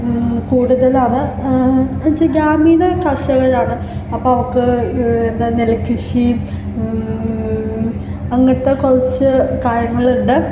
കൂടുതലാണ് എന്ന് വെച്ചാൽ ഗ്രാമീണ കർഷകരാണ് അപ്പോൾ അവർക്ക് എന്താ നെൽകൃഷി അങ്ങനത്തെ കുറച്ച് കാര്യങ്ങളുണ്ട്